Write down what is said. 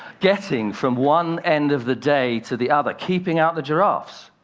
getting from one end of the day to the other, keeping out the giraffes.